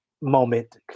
moment